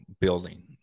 building